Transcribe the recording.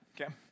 Okay